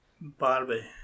Barbie